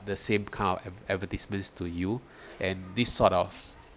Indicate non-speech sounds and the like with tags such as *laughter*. the same kind of advertisements to you *breath* and this sort of